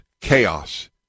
chaos